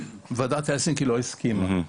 אבל וועדת הלסינקי לא הסכימה.